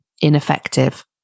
ineffective